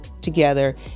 together